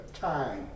time